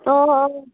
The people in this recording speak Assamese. অঁ অঁ